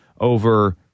over